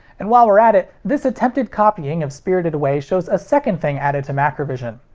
and while we're at it, this attempted copying of spirited away shows a second thing added to macrovision,